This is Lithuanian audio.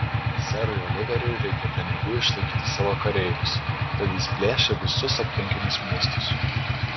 serui oliveriui reikia pinigų išlaikyti savo kareivius tad jis plėšia visus aplinkinius miestus